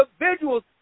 individuals